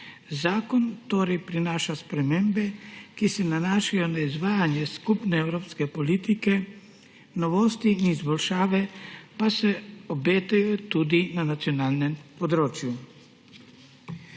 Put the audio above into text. Zakon torej prinaša spremembe, ki se nanašajo na izvajanje skupne evropske politike, novosti in izboljšave pa se obetajo tudi na nacionalnem področju.